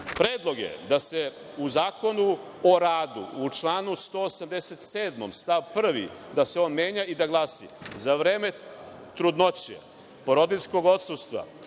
je da se u Zakonu o radu u članu 187. stav 1. da se on menja i da glasi – Za vreme trudnoće, porodiljskog odsustva,